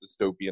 dystopian